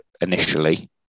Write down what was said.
initially